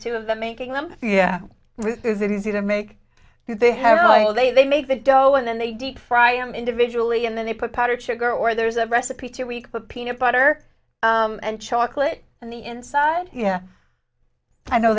two of them making them yeah see them make they have all they they make the dough and then they deep fry an individual e and then they put powdered sugar or there's a recipe too weak but peanut butter and chocolate and the inside yeah i know